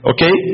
Okay